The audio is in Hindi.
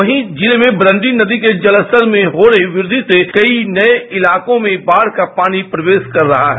वहीं जिले में बरंडी नदी के जलस्तर में हो रही वृद्धि से कई नये इलाकों में बाढ़ का पानी प्रवेश कर रहा है